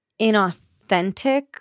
inauthentic